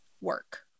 work